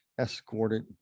escorted